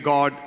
God